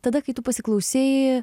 tada kai tu pasiklausei